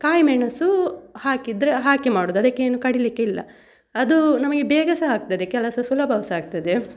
ಕಾಯಿಮೆಣಸು ಹಾಕಿದರೆ ಹಾಕಿ ಮಾಡೋದು ಅದಕ್ಕೇನು ಕಡಿಲಿಕ್ಕಿಲ್ಲ ಅದು ನಮಗೆ ಬೇಗ ಸಹ ಆಗ್ತದೆ ಕೆಲಸ ಸುಲಭ ಸಹ ಆಗ್ತದೆ